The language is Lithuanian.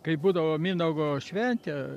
kai būdavo mindaugo šventė